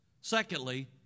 Secondly